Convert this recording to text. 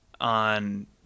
on